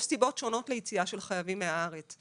יש סיבות שונות של יציאה של חייבים מהארץ,